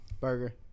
Burger